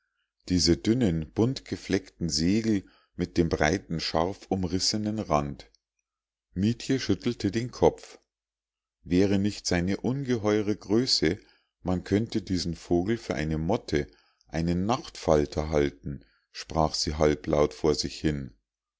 diese dünnen buntgefleckten segel mit dem breiten scharfumrissenen rand mietje schüttelte den kopf wäre nicht seine ungeheure größe man könnte diesen vogel für eine motte einen nachtfalter halten sprach sie halblaut vor sich hin